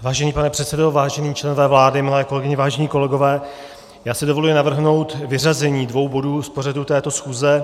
Vážený pane předsedo, vážení členové vlády, milé kolegyně, vážení kolegové, já si dovoluji navrhnout vyřazení dvou bodů z pořadu této schůze.